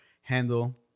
handle